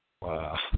Wow